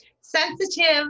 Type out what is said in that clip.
sensitive